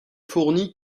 fournie